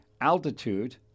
altitude